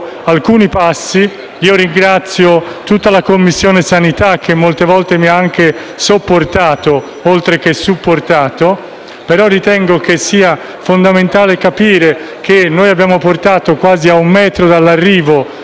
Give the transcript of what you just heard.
alcuni passi e ringrazio tutta la Commissione sanità, che molte volte mi ha anche sopportato, oltre che supportato, ritengo però fondamentale far comprendere che abbiamo portato quasi a un metro dall'arrivo